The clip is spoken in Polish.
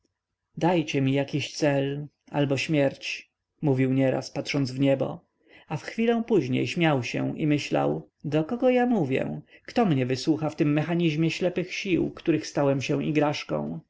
dajcie mi jakiś cel albo śmierć mówił nieraz patrząc w niebo a w chwilę później śmiał się i myślał do kogo ja mówię kto mnie wysłucha w tym mechanizmie ślepych sił których stałem się